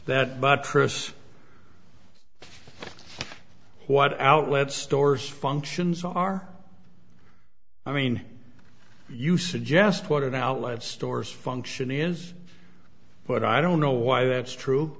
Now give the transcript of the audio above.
that but chris what outlet stores functions are i mean you suggest what an outlet stores function is but i don't know why that's true